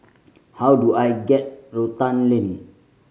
how do I get Rotan Lane